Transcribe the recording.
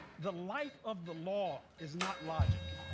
the life of the law is not logic.